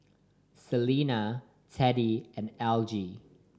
Selena Teddie and Algie